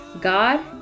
god